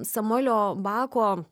samuelio bako